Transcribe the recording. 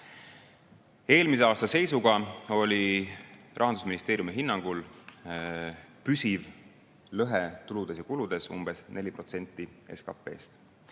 Eelmise aasta seisuga oli Rahandusministeeriumi hinnangul püsiv lõhe tuludes ja kuludes umbes 4% SKT-st.